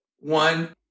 One